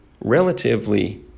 relatively